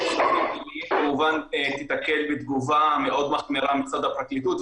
כמובן תתקל בתגובה מאוד מחמירה מצד הפרקליטות.